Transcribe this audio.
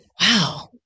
wow